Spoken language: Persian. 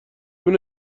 اینو